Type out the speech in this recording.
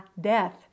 death